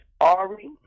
Ari